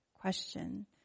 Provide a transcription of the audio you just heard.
question